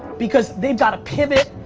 because they've got to pivot,